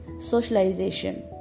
socialization